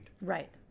Right